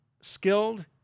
skilled